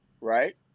right